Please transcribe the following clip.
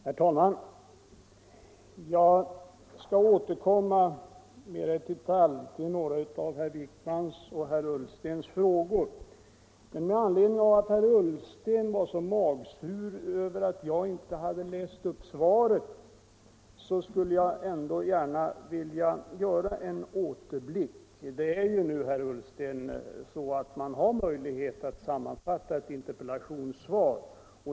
Herr talman! Jag skall återkomma mera i detalj till några av herr Wijkmans och herr Ullstens frågor. Men med anledning av att herr Ullsten var så magsur Över att jag inte hade läst upp svaret vill jag ändå göra en återblick. Det är ju så, herr Ullsten, att man nu har möjlighet att sammanfatta ett interpellationssvar.